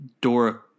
Dora